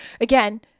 again